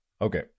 Okay